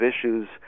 issues